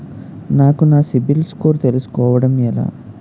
నాకు నా CIBIL score తెలుసుకోవడం ఎలా?